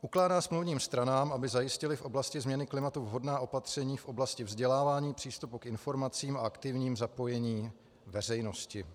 Ukládá smluvním stranám, aby zajistily v oblasti změny klimatu vhodná opatření v oblasti vzdělávání, přístupu k informacím a aktivním zapojení veřejnosti.